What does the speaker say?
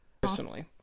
personally